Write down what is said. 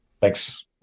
Thanks